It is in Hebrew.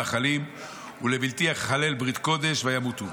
ויבחרו למות לבלתי הטמא במאכלים ולבלתי חלל ברית קודש וימותו.